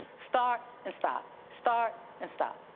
start and stop, start and stop,